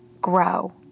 grow